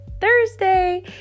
thursday